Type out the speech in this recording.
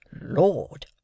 Lord